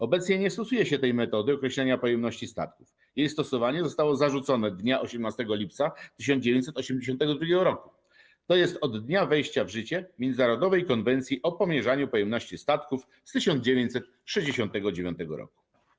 Obecnie nie stosuje się tej metody określenia pojemności statków, jej stosowanie zostało zarzucone 18 lipca 1982 r., tj. w dniu wejścia w życie międzynarodowej konwencji o pomierzaniu pojemności statków z 1969 r.